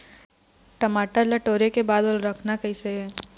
टमाटर ला टोरे के बाद ओला रखना कइसे हे?